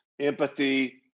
empathy